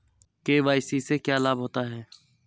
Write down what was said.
KYC से क्या लाभ होता है?